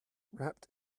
wrapped